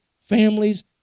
families